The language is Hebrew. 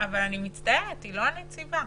אבל היא לא הנציבה.